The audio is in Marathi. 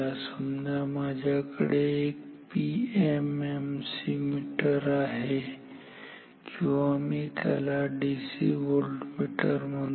समजा माझ्याकडे एक पीएमएमसी मीटर आहे किंवा मी त्याला डीसी व्होल्टमीटर म्हणतो